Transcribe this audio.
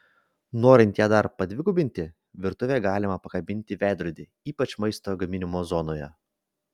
norint ją dar padvigubinti virtuvėje galima pakabinti veidrodį ypač maisto gaminimo zonoje